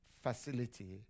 facility